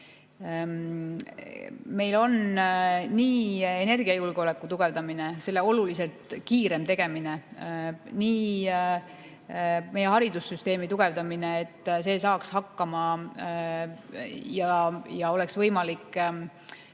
Meil on energiajulgeoleku tugevdamine, selle oluliselt kiirem tegemine, meie haridussüsteemi tugevdamine, et see saaks hakkama ja oleks võimalik